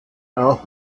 auch